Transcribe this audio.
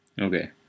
Okay